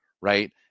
right